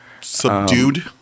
subdued